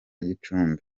gicumbi